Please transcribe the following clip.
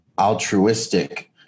altruistic